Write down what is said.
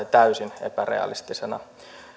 täysin epärealistisena